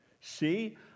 See